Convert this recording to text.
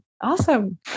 awesome